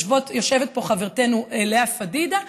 ויושבת פה חברתנו לאה פדידה,